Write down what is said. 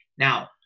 Now